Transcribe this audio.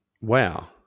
Wow